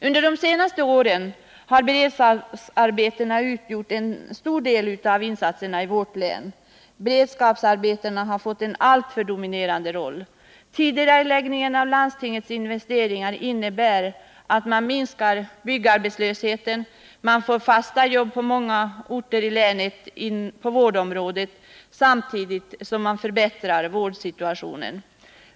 : Under de senaste åren har beredskapsarbetena utgjort en stor del av insatserna i vårt län. Beredskapsarbetena har fått en alltför dominerande roll. Tidigareläggningen av landstingets investeringar innebär att man minskar byggarbetslösheten och att det skapas fasta jobb inom vårdområdet på många orter i länet samtidigt som vårdsituationen förbättras.